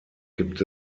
gibt